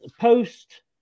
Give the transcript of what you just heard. post